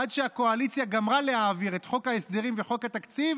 עד שהקואליציה גמרה להעביר את חוק ההסדרים וחוק התקציב,